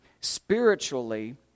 spiritually